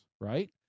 right